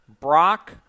Brock